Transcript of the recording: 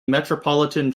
metropolitan